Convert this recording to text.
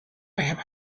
have